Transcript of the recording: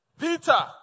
Peter